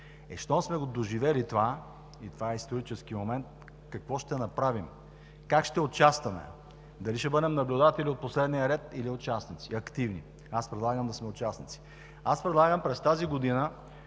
Е, щом сме доживели това и това е исторически момент, какво ще направим? Как ще участваме? Дали ще бъдем наблюдатели от последния ред, или активни участници? Аз предлагам да сме участници. Предлагам през тази година